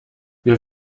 wir